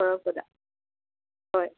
ꯊꯣꯔꯛꯄꯗ ꯍꯣꯏ